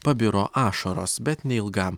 pabiro ašaros bet neilgam